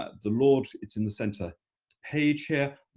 ah the lord, it's in the center page here,